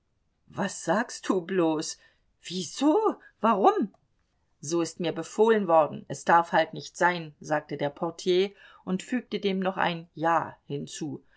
was sagst du bloß wieso warum so ist mir befohlen worden es darf halt nicht sein sagte der portier und fügte dem noch ein ja hinzu